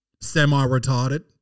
semi-retarded